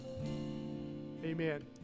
amen